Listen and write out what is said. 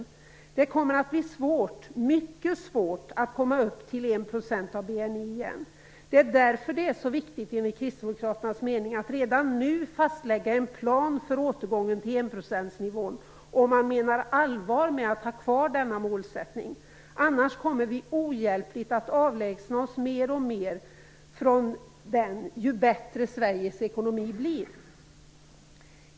Det kommer att bli svårt, mycket svårt, att komma upp till nivån en procent av BNI igen. Det är därför det är så viktigt, enligt Kristdemokraternas mening, att redan nu fastlägga en plan för återgången till enprocentsnivån, om man menar allvar med att ha kvar denna målsättning. Annars kommer vi ohjälpligt att avlägsna oss mer och mer från den ju bättre Sveriges ekonomi blir.